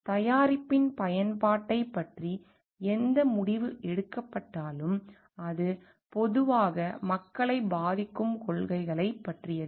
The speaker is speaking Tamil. எனவே தயாரிப்பின் பயன்பாட்டைப் பற்றி எந்த முடிவு எடுக்கப்பட்டாலும் அது பொதுவாக மக்களைப் பாதிக்கும் கொள்கைகளைப் பற்றியது